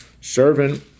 Servant